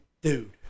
dude